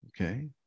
okay